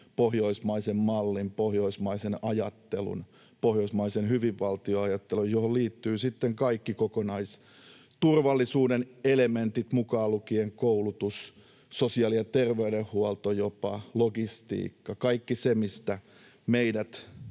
pohjoismaisen mallin, pohjoismaisen ajattelun, pohjoismaisen hyvinvointivaltio-ajattelun, johon liittyvät sitten kaikki kokonaisturvallisuuden elementit mukaan lukien koulutus, sosiaali- ja terveydenhuolto, jopa logistiikka. Kaikki se, mistä meidät,